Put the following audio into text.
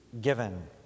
given